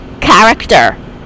Character